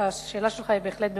השאלה שלך היא בהחלט במקומה.